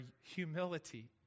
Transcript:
humility